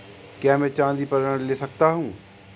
क्या मैं चाँदी पर ऋण ले सकता हूँ?